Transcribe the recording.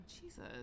Jesus